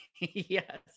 yes